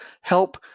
help